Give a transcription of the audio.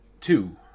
two